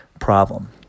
problem